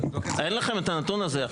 אין לכם את הנתון הזה עכשיו?